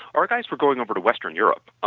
our guys were going over to western europe.